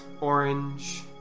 orange